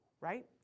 Right